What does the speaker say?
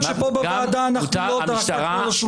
עד שפה בוועדה אנחנו לא דרשנו --- על השולחן.